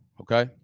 Okay